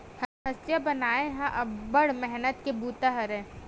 हँसिया बनई ह अब्बड़ मेहनत के बूता हरय